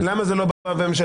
--- למה זה לא בא בהצעה ממשלתית?